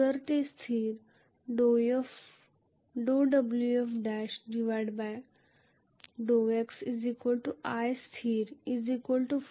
मला ते स्थिर Wfix∂x। i स्थिर Force